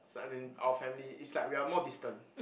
as in our family is like we are more distant